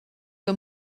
que